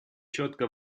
четко